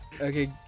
Okay